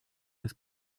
his